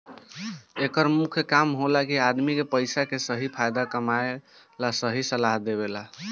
एकर मुख्य काम होला कि आदमी के पइसा के सही फायदा कमाए ला सही सलाह देवल